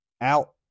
out